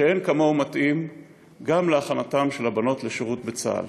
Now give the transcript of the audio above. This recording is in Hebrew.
שאין כמוהו מתאים גם להכנת הבנות לשירות בצה"ל,